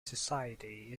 society